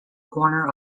corner